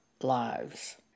lives